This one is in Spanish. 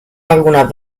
algunas